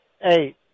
eight